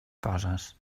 coses